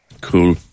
Cool